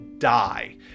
Die